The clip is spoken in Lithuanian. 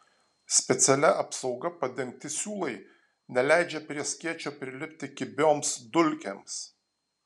specialia apsauga padengti siūlai neleidžia prie skėčio prilipti kibioms dulkėms